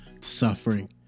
suffering